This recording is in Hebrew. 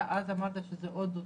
אז אמרת שזה אוטוטו.